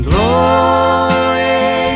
Glory